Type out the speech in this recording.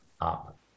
up